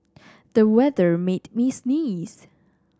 the weather made me sneeze